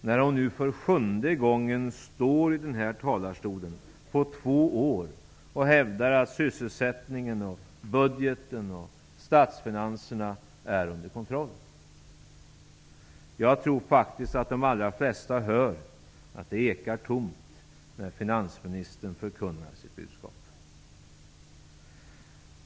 Hon står nu för sjunde gången på två år i den här talarstolen och hävdar att sysselsättningen, budgeten och statsfinanserna är under kontroll. Jag tror faktiskt att de allra flesta hör att det ekar tomt när finansministern förkunnar sitt budskap.